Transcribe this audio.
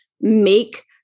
make